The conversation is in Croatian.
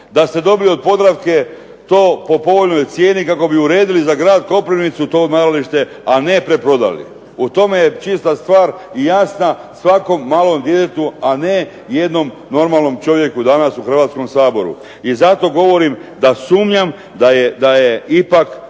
Da ste dobili od Podravke to po povoljnoj cijeni kako bi uredili za grad Koprivnicu to nalazište a ne preprodali. U tome je čista stvar i jasna, svakom malom djetetu, a ne jednom normalnom čovjeku danas u Hrvatskom saboru. i zato govorim da sumnjam da je ipak